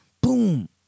boom